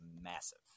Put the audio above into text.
massive